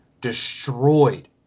destroyed